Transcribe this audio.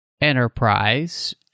Enterprise